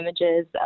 images